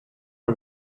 are